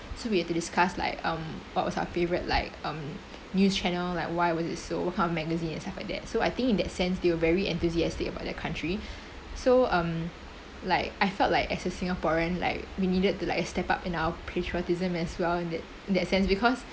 so we have to discuss like um what was our favourite like um news channel like why was it so kind of magazine and stuff like that so I think in that sense they were very enthusiastic about their country so um like I felt like as a singaporean like we needed to like uh step up in our patriotism as well in that that sense because